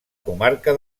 comarca